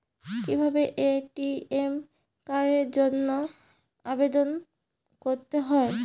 কিভাবে এ.টি.এম কার্ডের জন্য আবেদন করতে হয়?